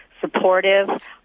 supportive